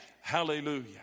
Hallelujah